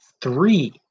three